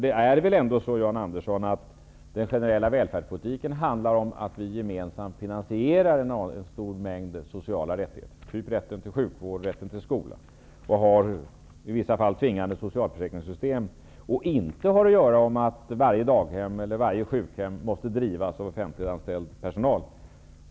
Det är väl ändå på det sättet, Jan Andersson, att den generella välfärdspolitiken handlar om att vi gemensamt finansierar en stor mängd sociala rättigheter, t.ex. rätten till sjukvård och rätten till skola, och i vissa fall har tvingande socialförsäkringssystemen och inte handlar om att varje daghem eller varje sjukhem måste drivas av offentliganställd personal.